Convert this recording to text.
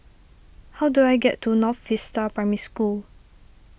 how do I get to North Vista Primary School